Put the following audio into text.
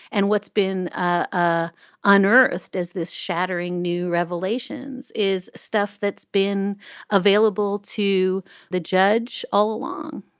and what's been ah unearthed is this shattering new revelations. is stuff that's been available to the judge all along